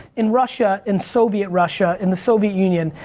in russia, in soviet russia, in the soviet union,